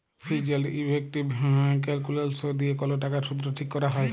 fees and effective calculations দিয়ে কল টাকার শুধট ঠিক ক্যরা হ্যয়